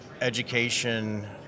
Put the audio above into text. education